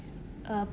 uh